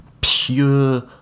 pure